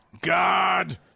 God